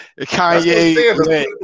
Kanye